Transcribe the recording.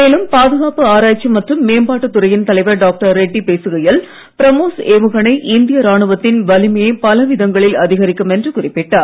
மேலும் பாதுகாப்பு ஆராய்ச்சி மற்றும் மேம்பாட்டு துறையின் தலைவர் டாக்டர் ரெட்டி பேசுகையில் பிரம்மோஸ் ஏவுகணை இந்திய ராணுவத்தின் வலிமையை பலவிதங்களில் அதிகரிக்கும் என்று குறிப்பிட்டார்